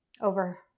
over